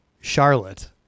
Charlotte